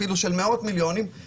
אפילו של מאות מיליונים,